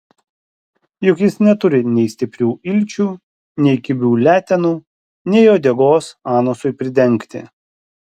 juk jis neturi nei stiprių ilčių nei kibių letenų nei uodegos anusui pridengti